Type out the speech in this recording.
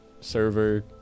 server